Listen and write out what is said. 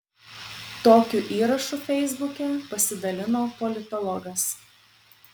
tokiu įrašu feisbuke pasidalino politologas